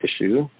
issue